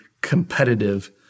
competitive